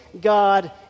God